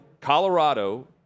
Colorado